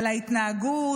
בהתנהגות,